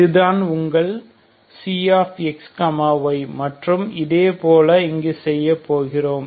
இது தான் உங்கள் xy மற்றும் அதே போல இங்கு செய்ய போகிறோம்